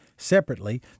Separately